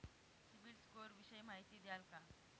CIBIL score विषयी माहिती द्याल का?